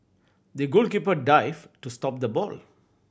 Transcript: the goalkeeper dived to stop the ball